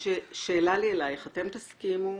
שאלה לי אליך, אתם תסכימו